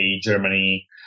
Germany